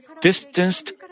distanced